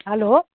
hello